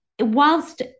whilst